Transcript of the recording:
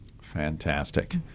Fantastic